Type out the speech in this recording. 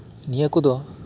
ᱱᱤᱭᱟᱹ ᱠᱚᱫᱚ